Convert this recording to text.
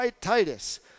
Titus